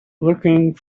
looking